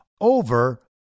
over